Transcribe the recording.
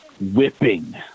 whipping